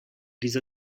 diese